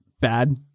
Bad